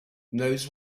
knows